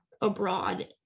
abroad